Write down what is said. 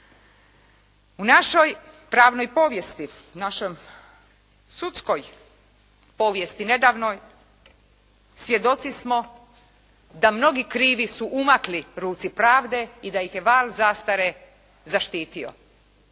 U našoj pravnoj povijesti, našoj sudskoj povijesti nedavnoj svjedoci smo da mnogi krivi su umakli ruci pravde i da ih je van zastare zaštitio,